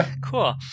Cool